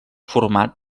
format